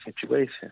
situation